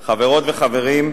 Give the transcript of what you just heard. תודה רבה, חברות וחברים,